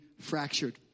fractured